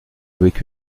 avec